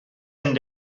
and